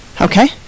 Okay